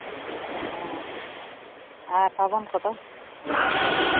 ᱚᱻ ᱟᱨ ᱥᱟᱵᱚᱱ ᱠᱚᱫᱚ